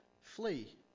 flee